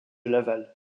laval